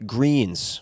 Greens